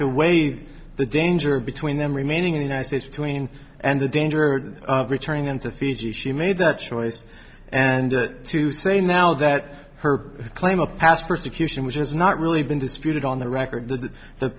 to wait the danger between them remaining in the united states between and the danger of returning them to fiji she made the choice and to say now that her claim a past persecution which is not really been disputed on the record th